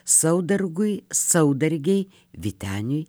saudargui saudargei vyteniui